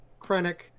Krennic